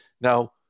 Now